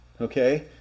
okay